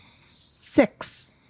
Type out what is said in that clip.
Six